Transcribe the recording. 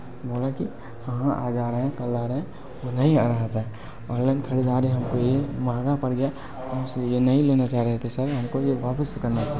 बोला कि हाँ हाँ आ जा रहे हैं कल आ रहे हैं वो नहीं आ रहा था ऑनलाइन खरीदारी हमको ये महँगा पड़ गया हम इसे ये नहीं लेना चाह रहे थे सर हमको ये वापस करना था